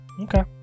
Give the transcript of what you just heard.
okay